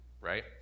right